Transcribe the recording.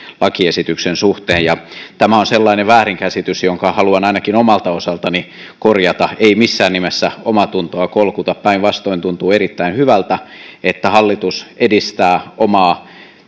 lakiesityksen suhteen ja tämä on sellainen väärinkäsitys jonka haluan ainakin omalta osaltani korjata ei missään nimessä omaatuntoa kolkuta päinvastoin tuntuu erittäin hyvältä että hallitus edistää omaa